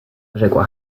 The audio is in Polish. rzekła